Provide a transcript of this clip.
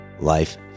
life